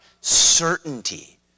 certainty